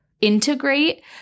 integrate